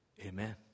Amen